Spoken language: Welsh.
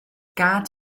gad